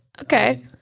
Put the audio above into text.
Okay